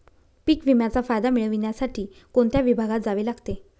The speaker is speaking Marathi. पीक विम्याचा फायदा मिळविण्यासाठी कोणत्या विभागात जावे लागते?